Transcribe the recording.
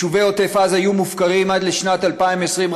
יישובי עוטף עזה יהיו מופקרים עד שנת 2020,